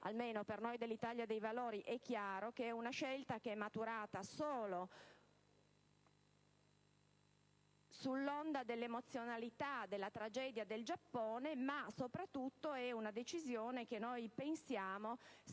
almeno per noi dell'Italia dei Valori, è chiaramente una scelta che è maturata solo sull'onda dell'emozionalità della tragedia del Giappone, ma è soprattutto una decisione che pensiamo sia rivolta